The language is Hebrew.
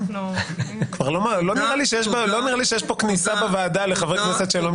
לא נראה לי שיש כניסה לוועדה לחברי כנסת שאינם משפטנים.